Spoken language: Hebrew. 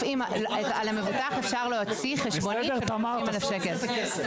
על המבוטח אפשר להוציא חשבונית של 20,000 שקל.